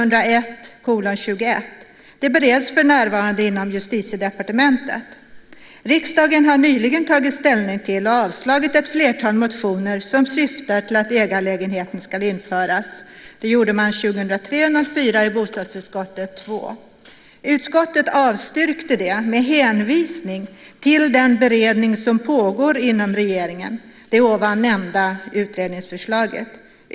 Det bereds för närvarande inom Justitiedepartementet. Riksdagen har nyligen tagit ställning till och avslagit ett flertal motioner som syftar till att ägarlägenheter skall införas . Utskottet avstyrkte dem med hänvisning till den beredning som pågår inom Regeringskansliet av det ovan nämnda utredningsförslaget.